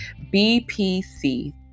bpc